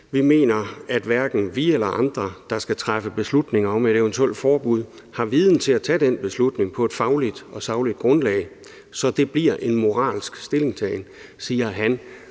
»Vi mener, at hverken vi eller andre, der skal træffe beslutninger om et eventuelt forbud, har viden til at tage den beslutning på et fagligt og sagligt grundlag, så det bliver mere en moralsk stillingtagen«.